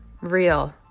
real